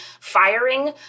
firing